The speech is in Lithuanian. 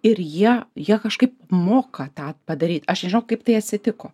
ir jie ją kažkaip moka tą padaryt aš nežinau kaip tai atsitiko